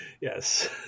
Yes